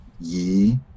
ye